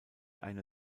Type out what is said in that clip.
eine